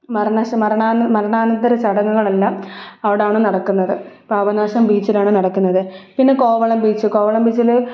മരണ മരണ മരണാനന്തര ചടങ്ങുകളെല്ലാം അവിടെയാണ് നടക്കുന്നത് പാപനാശം ബീച്ചിലാണ് നടക്കുന്നത് പിന്നെ കോവളം ബീച്ച് കോവളം ബീച്ചിൽ